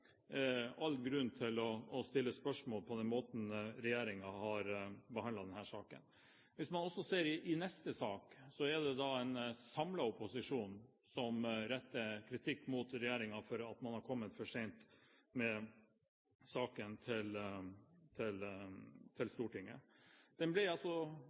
all grunn til å stille spørsmål ved den måten regjeringen har behandlet denne saken på. I neste sak ser man også at en samlet opposisjon retter kritikk mot regjeringen for at man har kommet for sent med saken til Stortinget, den ble altså